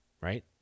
right